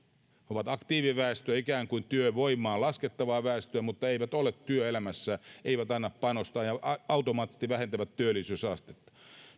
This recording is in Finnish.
ovat aktiiviväestöä ikään kuin työvoimaan laskettavaa väestöä mutta eivät ole työelämässä eivät anna panosta ja automaattisesti vähentävät työllisyysastetta